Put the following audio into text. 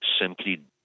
simply